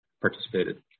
participated